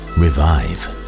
revive